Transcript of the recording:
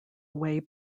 way